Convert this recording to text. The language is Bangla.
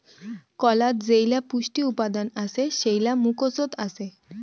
কলাত যেইলা পুষ্টি উপাদান আছে সেইলা মুকোচত আছে